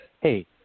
hey